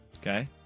Okay